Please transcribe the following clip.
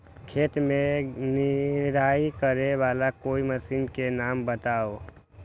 खेत मे निराई करे वाला कोई मशीन के नाम बताऊ?